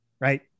Right